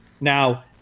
Now